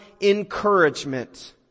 encouragement